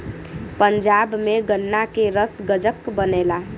पंजाब में गन्ना के रस गजक बनला